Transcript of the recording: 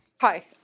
Hi